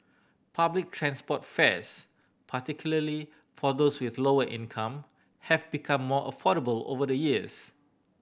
public transport fares particularly for those with lower income have become more affordable over the years